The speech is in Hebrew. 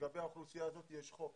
שלגבי האוכלוסייה הזאת יש חוק